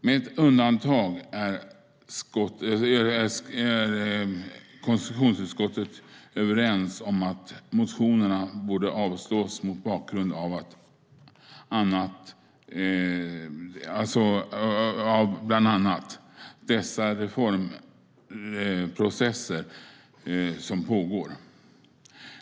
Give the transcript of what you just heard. Med ett undantag är konstitutionsutskottet överens om att motionerna borde avslås mot bakgrund av bland annat dessa reformprocesser som pågår.